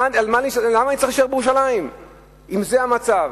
למה אני צריך להישאר בירושלים אם זה המצב.